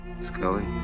Scully